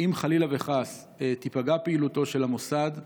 אם חלילה וחס תיפגע פעילותו של המוסד,